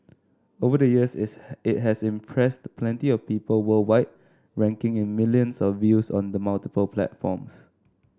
over the years is it has impressed plenty of people worldwide raking in millions of views on the multiple platforms